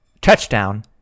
Touchdown